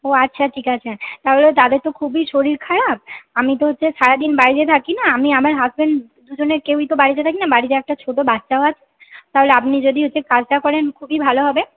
ও আচ্ছা ঠিক আছে তাহলে তাদের তো খুবই শরীর খারাপ আমি তো হচ্ছে সারাদিন বাইরে থাকি না আমি আমার হাজব্যান্ড দুজনের কেউই তো বাড়িতে থাকি না বাড়িতে একটা ছোটো বাচ্চাও আছে তাহলে আপনি যদি হচ্ছে কাজটা করেন খুবই ভালো হবে